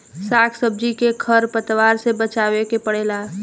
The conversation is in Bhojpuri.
साग सब्जी के खर पतवार से बचावे के पड़ेला